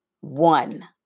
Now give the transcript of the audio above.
one